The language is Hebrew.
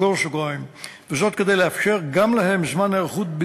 כדי לאפשר גם להם זמן היערכות,